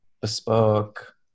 bespoke